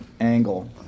angle